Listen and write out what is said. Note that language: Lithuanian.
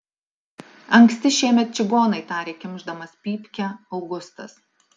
anksti šiemet čigonai tarė kimšdamas pypkę augustas